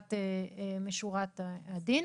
משורת הדין.